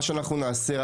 מה שאנחנו נעשה,